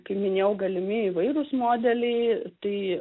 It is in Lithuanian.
kaip minėjau galimi įvairūs modeliai tai